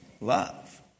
love